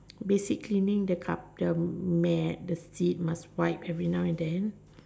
basic cleaning the cup the mat the seat must wet every now and then